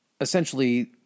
essentially